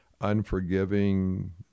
unforgiving